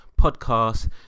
podcast